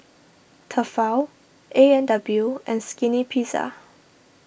Tefal A and W and Skinny Pizza